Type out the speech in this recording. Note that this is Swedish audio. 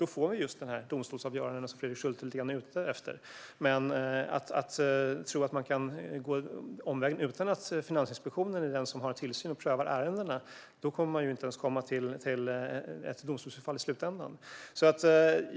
Då får vi just de domstolsavgöranden som Fredrik Schulte är ute efter. Men om man vill gå en omväg och komma förbi att Finansinspektionen har tillsyn och prövar ärendena kommer man ju inte till något domstolsförfarande i slutändan.